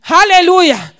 Hallelujah